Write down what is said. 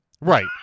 Right